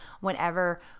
whenever